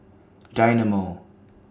Dynamo